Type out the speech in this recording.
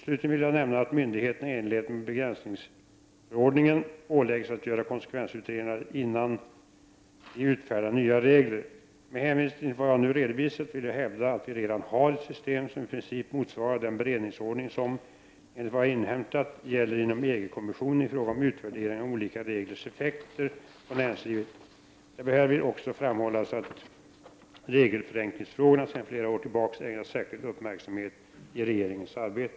Slutligen vill jag nämna att myndigheterna i enlighet med begränsningsförordningen åläggs att göra konsekvensutredningar innan de utfärdar nya regler. Med hänvisning till vad jag nu redovisat vill jag hävda att vi redan har ett system som i princip motsvarar den beredningsordning som, enligt vad jag inhämtat, gäller inom EG-kommissionen i fråga om utvärderingar av olika reglers effekter på näringslivet. Det bör härvid också framhållas att regelförenklingsfrågorna sedan flera år tillbaka ägnats särskild uppmärksamhet i regeringens arbete.